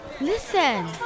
Listen